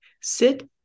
sit